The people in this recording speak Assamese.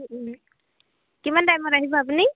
ও ও কিমান টাইমত আহিব আপুনি